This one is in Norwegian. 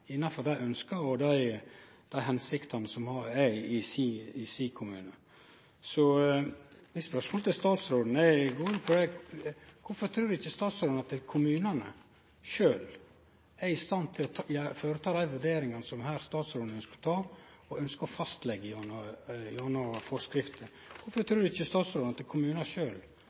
innanfor dei ønske og dei hensikter ein har i kvar kommune. Mitt spørsmål til statsråden er: Kvifor trur ikkje statsråden at kommunane sjølve er i stand til å føreta dei vurderingane som statsråden her ønskjer å fastleggje gjennom forskrifter? Kvifor trur ikkje statsråden at kommunane sjølve er i stand til å ta desse vurderingane? Eg trur det er fornuftig å